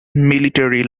military